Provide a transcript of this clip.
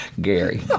gary